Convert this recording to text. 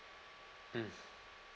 mm